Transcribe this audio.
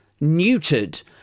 neutered